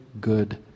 good